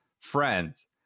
friends